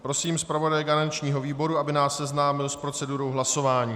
Prosím zpravodaje garančního výboru, aby nás seznámil s procedurou hlasování.